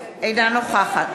נגד מירי רגב, אינה נוכחת